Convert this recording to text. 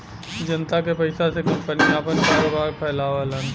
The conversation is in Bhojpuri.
जनता के पइसा से कंपनी आपन कारोबार फैलावलन